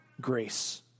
grace